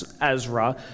Ezra